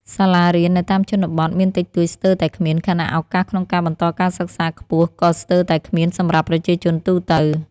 សាលារៀននៅតាមជនបទមានតិចតួចស្ទើរតែគ្មាន ខណៈឱកាសក្នុងការបន្តការសិក្សាខ្ពស់ក៏ស្ទើរតែគ្មានសម្រាប់ប្រជាជនទូទៅ។